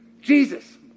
Jesus